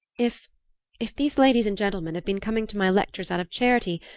if if these ladies and gentlemen have been coming to my lectures out of charity,